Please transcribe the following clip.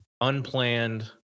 unplanned